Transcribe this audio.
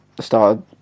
started